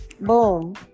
Boom